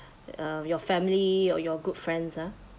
uh your family or your good friends ah